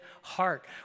heart